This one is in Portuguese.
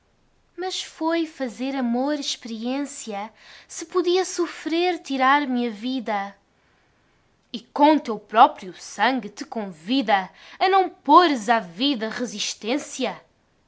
mas foi fazer amor experiência se podia sofrer tirar me a vida e com teu próprio sangue te convida a não pores à vida resistência